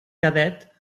cadet